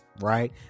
right